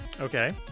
Okay